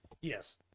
Yes